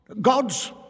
God's